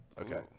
Okay